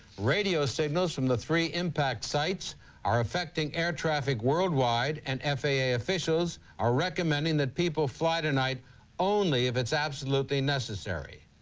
radio signals from the three impact sites are affecting air traffic worldwide and f a a. officials are recommending that people fly tonight only if it's absolutely necessary.